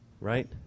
Right